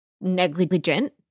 negligent